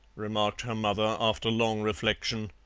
remarked her mother, after long reflection.